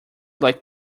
like